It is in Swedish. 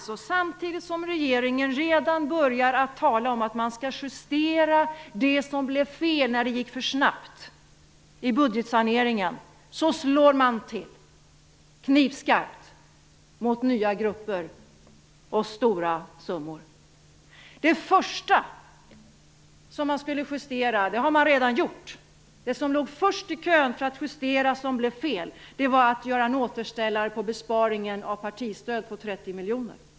Samtidigt som regeringen redan börjar att tala om att man skall justera det som blev fel när budgetsaneringen gick för snabbt slår man till knivskarpt mot nya grupper med stora summor. Det första som man skulle justera har man redan justerat. Det som låg först i kön var att man skulle återställa besparingen i partistödet med 30 miljoner.